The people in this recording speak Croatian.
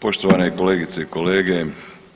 Poštovane kolegice i kolege,